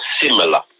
similar